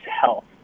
health